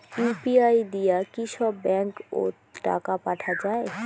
UPI দিয়া কি সব ব্যাংক ওত টাকা পাঠা যায়?